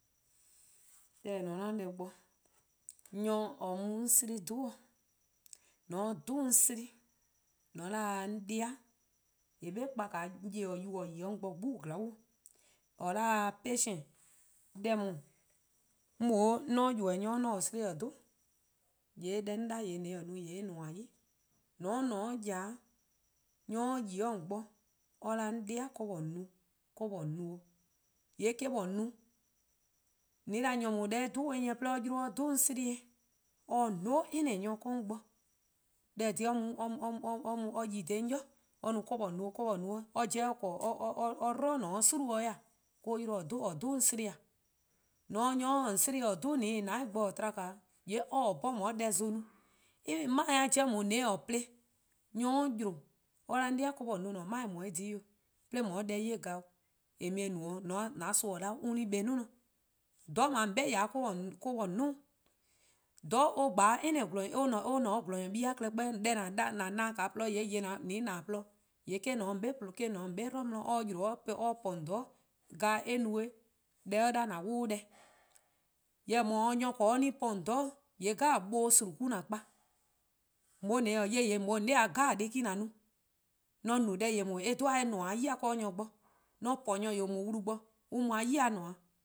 Deh :eh :ne-a 'o 'an deh bo, nyor :or mu-a 'on 'slen 'dhu, :mor :on 'dhju 'on 'slen :mor :on 'da 'an 'de-di, :eh 'be 'kpa-a nyor-kpalu :or 'yi-a 'de 'on bo 'gbu :glaon', or 'da patience, deh :daa, 'mor mlor :mor 'on :ybeh nyor-' 'on taa-or 'slen-a 'dhu, :yee' ;mor deh 'on 'da :mor :on taa-eh no 'yee' :korn 'on 'ton. :mor :on :ne 'de yard :mlor nyor 'ye 'o :on bo or 'da 'an 'de-di ka :on 'ye no-'o, ka :on 'ye no 'o :yee' eh-: :on no, :an no-' nyor :daa deh eh 'dhu-eh eh 'nyne-eh 'de 'yu :daa or 'dhun 'on 'slen :eh or :se no-' any nyor 'do 'on bo, deh :eh :korn dhih or 'yi dha 'on ybei' or no :kaa :on 'ye no 'o, :kaa :on 'ye 'o eh: or 'jeh or 'dlu :ne 'o :gwie'i 'weh :e, or-: 'yle :or 'dhu on 'sleh :eh, :mor nyor 'dhu :on 'slen :mor ta-eh :dou'+ bo to,:yee' or :se-' 'bhorn :on 'ye den zon no :dhih 'o. Even 'mae: :shih-a 'jeh :daa :mor :on ta-ih plo, :mor nyor 'yli on 'an 'de-di :an-a'a: :'mae-dhih :daa ka :on no eh dhih 'de :on 'ye deh 'ye :glaa'e 'o :eh mu-eh no :an son 'ye :ao' an-' 'kpa :nior. :dhororn' :on 'be :ya-a 'de :ya-a 'de or-: :on 'duo: 'o, :dhororn' or :ne 'de :gwlor-nyor+ :buo+-a klehkpeh 'weh, deh :an na-dih-a :porluh-dih :yee': :yeh :an :na-dih-a :porluh-dih eh-: :ne 'de :on 'be 'dlu 'di. :mor or 'yle or po on :dhororn', deh or 'da :an 'wluh-' deh. Jorwor: :mor :on se nyor 'ble :or 'ye-a :on :dhororn po :yee' :bobo: :gwie: 'jeh eh-: :an kpa. :on :mlor :mor :on taa 'ye :yee' :on 'da deh 'jeh 'o :an no, :mor :on no deh 'yeh :da :yee' eh :nmor-a 'yi-dih 'de nyor bo :o, :mor 'on po nyor :yor :daa wlu 'bhun eh mu-a yi-dih nmor. :gwie: 'jeh 'o :an kpa.